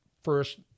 first